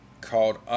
Called